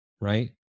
right